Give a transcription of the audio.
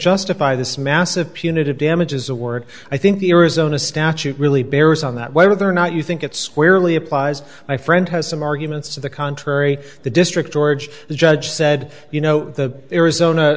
justify this massive punitive damages award i think the arizona statute really bears on that whether or not you think it squarely applies my friend has some arguments to the contrary the district george the judge said you know the arizona